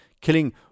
killing